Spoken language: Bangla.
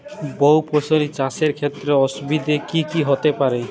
বহু ফসলী চাষ এর ক্ষেত্রে অসুবিধে কী কী হতে পারে?